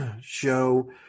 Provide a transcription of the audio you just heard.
show